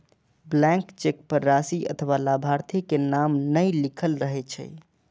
blank cheque पर राशि अथवा लाभार्थी के नाम नै लिखल रहै छै